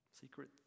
Secret